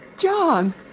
John